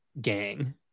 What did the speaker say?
gang